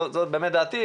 זו דעתי.